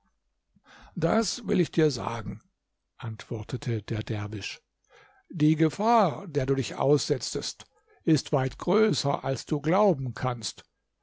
das will ich dir sagen antwortete der derwisch die gefahr der du dich aussetzest ist weit größer als du glauben kannst